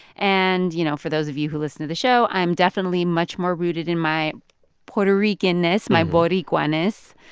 and, you know, for those of you who listen to the show, i'm definitely much more rooted in my puerto rican-ness, my boricua-ness.